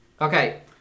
Okay